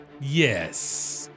Yes